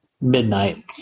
midnight